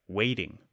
waiting